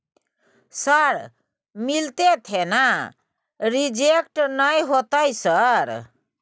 Sir मिलते थे ना रिजेक्ट नय होतय सर?